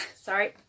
Sorry